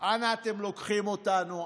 אנה אתם לוקחים אותנו?